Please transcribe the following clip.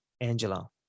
Angela